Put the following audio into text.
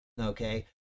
okay